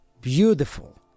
beautiful